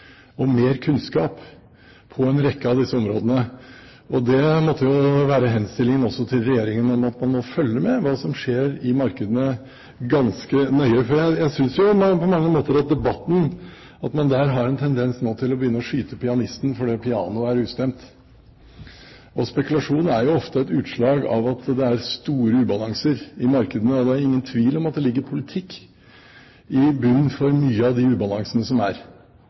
og mer kunnskap på en rekke av disse områdene, og det måtte jo være henstillingen også til regjeringen at man må følge med på hva som skjer i markedene, ganske nøye. Jeg synes jo på mange måter at man i debatten har en tendens til å skyte pianisten for at pianoet er ustemt. Spekulasjon er jo ofte et utslag av at det er store ubalanser i markedene, og det er ingen tvil om at det ligger politikk i bunnen for mye av den ubalansen som er.